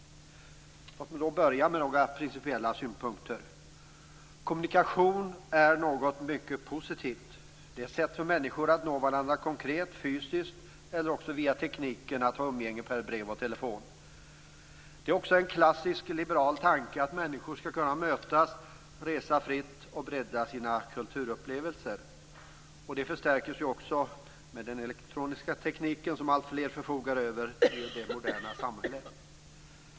Låt mig börja med några principiella synpunkter. Kommunikation är något mycket positivt. Det är ett sätt för människor att nå varandra konkret, fysiskt eller att med hjälp av tekniken ha umgänge per brev och telefon. Det är också en klassisk liberal tanke att människor skall kunna mötas, resa fritt och bredda sina kulturupplevelser. Det förstärks med den elektroniska tekniken som alltfler förfogar över i vårt moderna samhälle.